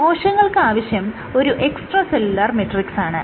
ഇനി കോശങ്ങൾക്ക് ആവശ്യം ഒരു എക്സ്ട്രാ സെല്ലുലാർ മെട്രിക്സാണ്